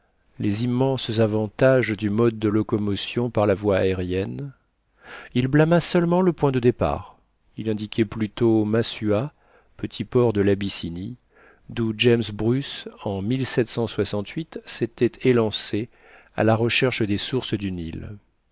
les immenses avantages du mode de locomotion par la voie aérienne il blâma seulement le point de départ il indiquait plutôt masuah petit port de l'abyssinie doù james bruce en s'était élancé à la recherche des sources du nil